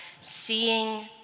seeing